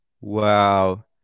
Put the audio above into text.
Wow